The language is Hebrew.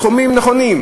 אלה סכומים נכונים,